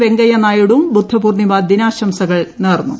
വെങ്കയ്യനായിഡുവും ബുദ്ധപൂർണ്ണിമ ദിനാശംസകൾ നേർന്നു